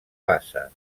bassa